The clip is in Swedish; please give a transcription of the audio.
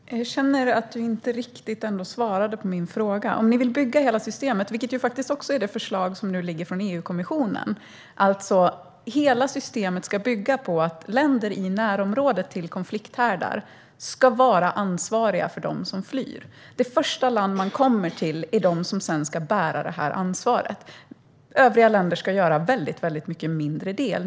Herr talman! Jag känner att du inte riktigt svarade på min fråga. Ni vill att hela systemet ska bygga på att länder i närområdena till konflikthärdar ska vara ansvariga för dem som flyr, vilket också är det förslag som nu ligger från EU-kommissionen. Det första land man kommer till är det som sedan ska bära ansvaret. Övriga länder ska göra en väldigt mycket mindre del.